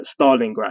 Stalingrad